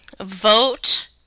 vote